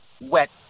Wet